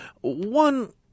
One